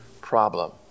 problem